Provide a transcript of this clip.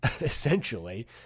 essentially